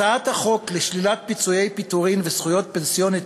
הצעת החוק לשלילת פיצויי פיטורים וזכויות פנסיוניות